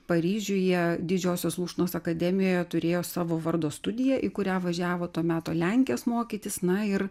paryžiuje didžiosios lūšnos akademijoje turėjo savo vardo studiją į kurią važiavo to meto lenkės mokytis na ir